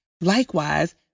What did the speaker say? Likewise